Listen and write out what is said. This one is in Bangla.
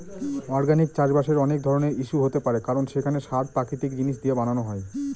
অর্গানিক চাষবাসের অনেক ধরনের ইস্যু হতে পারে কারণ সেখানে সার প্রাকৃতিক জিনিস দিয়ে বানানো হয়